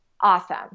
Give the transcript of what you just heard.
awesome